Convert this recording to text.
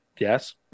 Yes